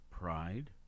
pride